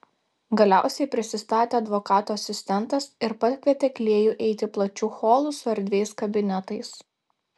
galiausiai prisistatė advokato asistentas ir pakvietė klėjų eiti plačiu holu su erdviais kabinetais